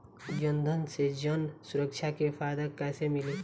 जनधन से जन सुरक्षा के फायदा कैसे मिली?